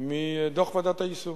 מדוח ועדת היישום.